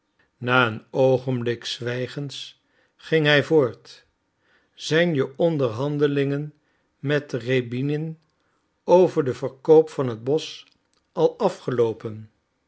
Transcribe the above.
na een oogenblik zwijgens ging hij voort zijn je onderhandelingen met rjäbinin over den verkoop van het bosch al afgeloopen